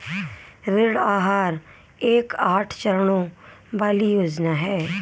ऋण आहार एक आठ चरणों वाली योजना है